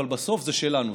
אבל בסוף זה שלנו,